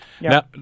Now